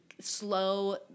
slow